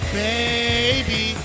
baby